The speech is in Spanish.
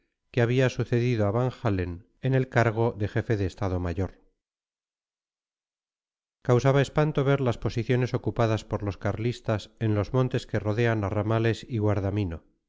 que había sucedido a van-halen en el cargo de jefe de estado mayor causaba espanto ver las posiciones ocupadas por los carlistas en los montes que rodean a ramales y guardamino